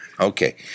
Okay